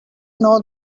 know